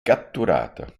catturata